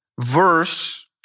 verse